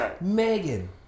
Megan